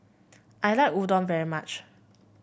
I like Udon very much